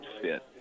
fit